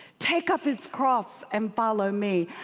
take up his cross, and follow me.